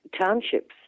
townships